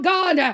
God